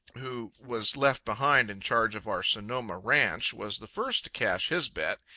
who was left behind in charge of our sonoma ranch was the first to cash his bet.